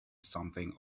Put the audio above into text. something